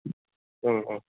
ओं ओं